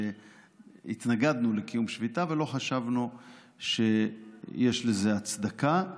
התנגדנו לקיום שביתה ולא חשבנו שיש לזה הצדקה.